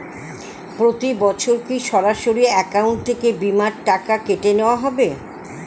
প্রতি বছর কি সরাসরি অ্যাকাউন্ট থেকে বীমার টাকা কেটে নেওয়া হবে?